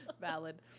Valid